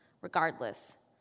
regardless